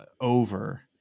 over